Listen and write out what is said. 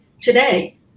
today